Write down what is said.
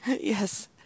Yes